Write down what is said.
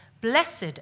blessed